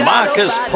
Marcus